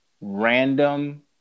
random